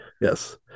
Yes